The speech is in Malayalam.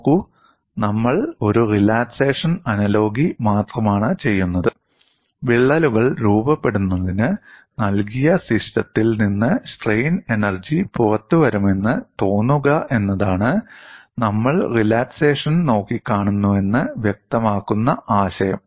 നോക്കൂ നമ്മൾ ഒരു റിലാക്സേഷൻ അനലോഗി മാത്രമാണ് ചെയ്യുന്നത് വിള്ളലുകൾ രൂപപ്പെടുന്നതിന് നൽകിയ സിസ്റ്റത്തിൽ നിന്ന് സ്ട്രെയിൻ എനെർജി പുറത്തുവരുമെന്ന് തോന്നുക എന്നതാണ് നമ്മൾ റിലാക്സേഷൻ നോക്കിക്കാണുന്നുവെന്ന് വ്യക്തമാക്കുന്ന ആശയം